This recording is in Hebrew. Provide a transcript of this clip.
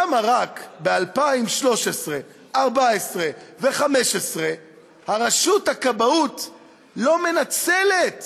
למה ב-2013, 2014 ו-2015 רשות הכבאות לא מנצלת